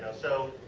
so,